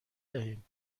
دهیم